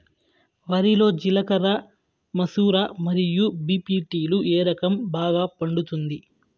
వరి లో జిలకర మసూర మరియు బీ.పీ.టీ లు ఏ రకం బాగా పండుతుంది